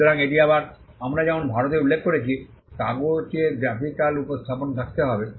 সুতরাং এটি আবার আমরা যেমন ভারতে উল্লেখ করেছি কাগজে গ্রাফিকাল উপস্থাপনা থাকতে হবে